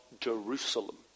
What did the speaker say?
jerusalem